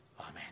Amen